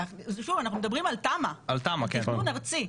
שוב, אנחנו מדברים על תמ"א, על תכנון ארצי.